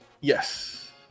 Yes